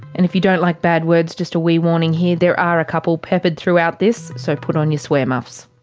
and if you don't like bad words, just a wee warning here, there are a couple peppered throughout this, so put on your swear-muffs.